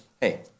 hey